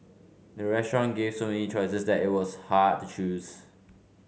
the restaurant gave so many choices that it was hard to choose